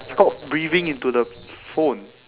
stop breathing into the phone